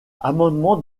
amendement